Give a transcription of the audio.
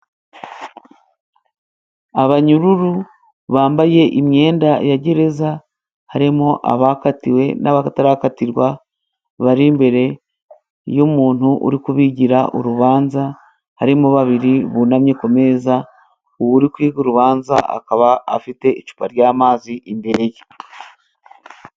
Abanyururu bambaye imyenda ya gereza harimo abakatiwe n'abatarakatirwa, bari imbere y'umuntu uri kubigira urubanza, harimo babiri bunamye ku meza, uri kwiga urubanza akaba afite icupa ry'amazi imbere ye.